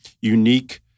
unique